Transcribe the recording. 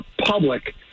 public